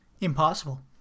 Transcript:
impossible